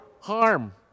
harm